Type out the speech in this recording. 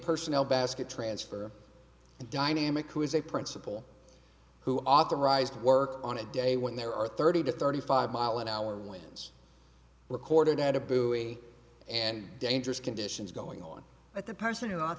personnel basket transfer and dynamic who is a principal who authorized work on a day when there are thirty to thirty five mile an hour winds recorded at a buoy and dangerous conditions going on but the person who